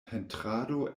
pentrado